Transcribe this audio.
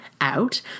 out